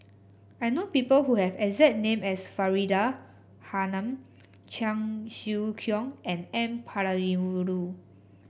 I know people who have the exact name as Faridah Hanum Cheong Siew Keong and N Palanivelu